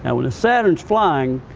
and when the saturn's flying,